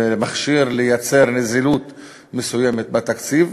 למכשיר לייצר נזילות מסוימת בתקציב,